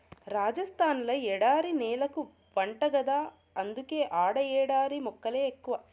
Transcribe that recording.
రాజస్థాన్ ల ఎడారి నేలెక్కువంట గదా అందుకే ఆడ ఎడారి మొక్కలే ఎక్కువ